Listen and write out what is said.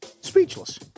Speechless